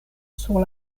sur